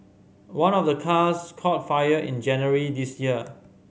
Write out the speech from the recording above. one of the cars caught fire in January this year